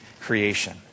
creation